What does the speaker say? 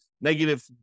negative